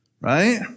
Right